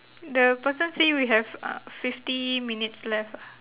the person say we have uh fifty minutes left uh